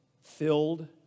Filled